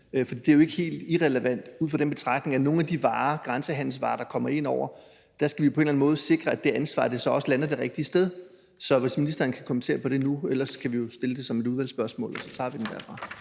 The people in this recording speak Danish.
For det er jo ikke helt irrelevant ud fra den betragtning, at for nogle af de varer, grænsehandelsvarer, der kommer ind over grænsen, skal vi på en eller anden måde også sikre, at det ansvar lander det rigtige sted. Så kan ministeren kommentere på det nu? Ellers kan vi jo stille det som et udvalgsspørgsmål, og så tager vi den derfra.